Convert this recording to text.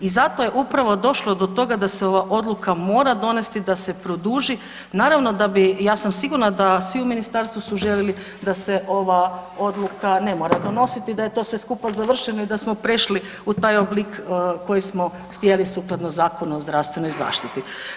I zato je upravo došlo do toga da se ova odluka mora donesti, da se produži, naravno da bi, ja sam sigurna da svi u ministarstvu su željeli da se ova odluka ne mora donositi, da je to sve skupa završeno i da smo prešli u taj oblik koji smo htjeli sukladno Zakonu u zdravstvenoj zaštiti.